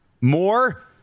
more